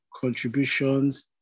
contributions